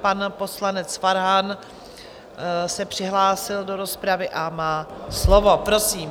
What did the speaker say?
Pan poslanec Farhan se přihlásil do rozpravy a má slovo, prosím.